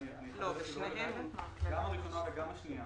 אני אחדד את הדברים: גם התוספת הראשונה וגם השנייה